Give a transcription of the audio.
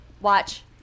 watch